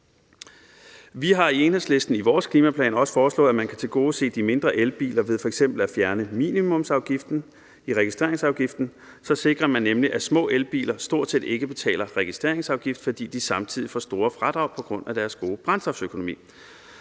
Vi har i Enhedslisten i vores klimaplan også foreslået, at man kan tilgodese de mindre elbiler ved f.eks. at fjerne minimumsafgiften i registreringsafgiften. Så sikrer man nemlig, at små elbiler stort set ikke betaler registreringsafgift, fordi de samtidig får store fradrag på grund af deres gode brændstofsøkonomi